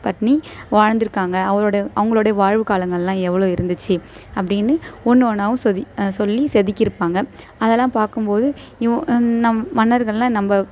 பண்ணி வாழ்ந்திருக்காங்க அவரோடய அவங்களோட வாழ்வுக் காலங்களெலாம் எவ்வளோ இருந்துச்சு அப்படினு ஒன்று ஒன்றாவும் சொதி சொல்லி செதுக்கியிருப்பாங்க அதெல்லாம் பார்க்கும் போது இவு நம் மன்னர்களெலாம் நம்ப